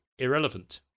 irrelevant